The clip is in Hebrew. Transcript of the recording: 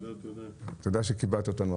תודה שכיבדת אותנו.